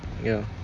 ya